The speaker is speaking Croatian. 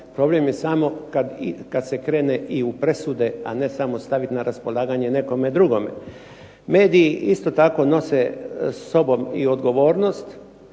problem je samo kada se krene i u presude a ne samo staviti na raspolaganje nekome drugome. Mediji isto tako nose sobom i odgovornost